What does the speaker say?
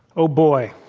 oh, boy,